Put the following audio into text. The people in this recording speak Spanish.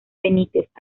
benítez